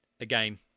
Again